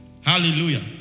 Hallelujah